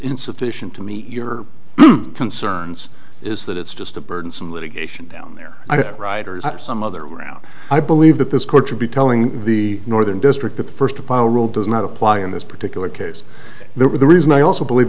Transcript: insufficient to meet your concerns is that it's just a burdensome litigation down there writers or some other way around i believe that this coach be telling the northern district that the first to file rule does not apply in this particular case the reason i also believe